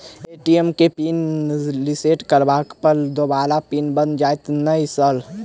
ATM केँ PIN reset करला पर दोबारा पिन बन जाइत नै सर?